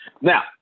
Now